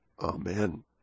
Amen